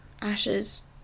ashes